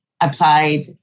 applied